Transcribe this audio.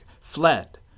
fled